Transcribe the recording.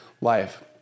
life